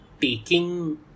taking